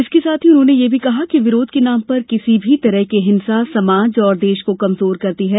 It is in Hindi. इसके साथ उन्होंने यह भी कहा कि विरोध के नाम पर किसी भी तरह की हिंसा समाज और देश को कमजोर करती है